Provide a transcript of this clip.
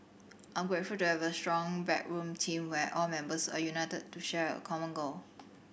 I am grateful to have a strong backroom team where all members are united to share a common goal